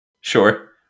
Sure